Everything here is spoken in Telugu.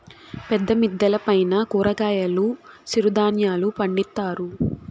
పెద్ద మిద్దెల పైన కూరగాయలు సిరుధాన్యాలు పండిత్తారు